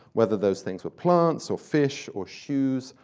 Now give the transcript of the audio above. whether those things were plants, or fish, or shoes,